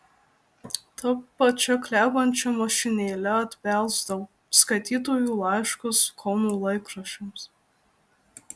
ta pačia klebančia mašinėle atbelsdavo skaitytojų laiškus kauno laikraščiams